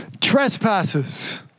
trespasses